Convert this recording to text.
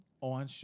On